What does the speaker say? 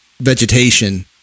vegetation